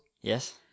yes